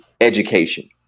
education